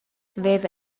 veva